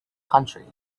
country